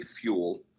fuel